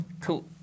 Cool